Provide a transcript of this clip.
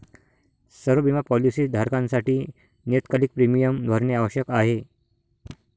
सर्व बिमा पॉलीसी धारकांसाठी नियतकालिक प्रीमियम भरणे आवश्यक आहे